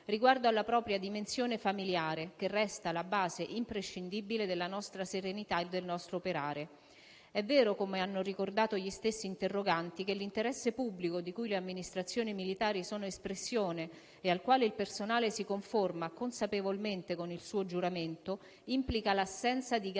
riguardo alla propria dimensione familiare, che resta la base imprescindibile della nostra serenità e del nostro operare. È vero, come hanno ricordato gli stessi interroganti, che l'interesse pubblico di cui le amministrazioni militari sono espressione, e al quale il personale si conforma consapevolmente con il suo giuramento, implica l'assenza di garanzie